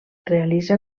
realitza